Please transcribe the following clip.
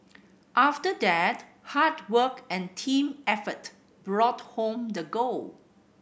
after that hard work and team effort brought home the gold